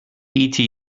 eta